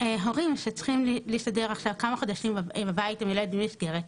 הורים שצריכים להסתדר עכשיו כמה חודשים בבית עם ילד בלי מסגרת,